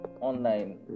online